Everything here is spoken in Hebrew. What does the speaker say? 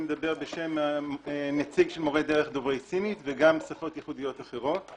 אני מדבר בשם נציג של מורי דרך דוברי סינית וגם שפות ייחודיות אחרות.